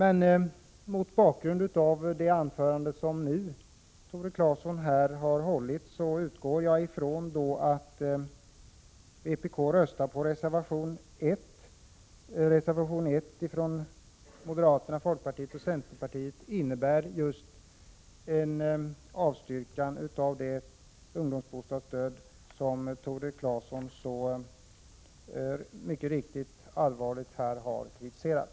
Efter Tore Claesons anförande här utgår jag emellertid från att vpk röstar för reservation 1 från moderaterna, folkpartiet och centern, en reservation som innebär avstyrkande av det förslag till ungdomsbostadsstöd som Tore Claeson helt riktigt och så allvarligt har kritiserat.